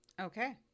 Okay